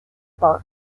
burke